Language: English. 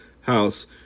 house